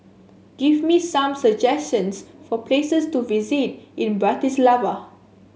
give me some suggestions for places to visit in Bratislava